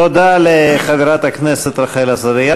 תודה לחברת הכנסת רחל עזריה.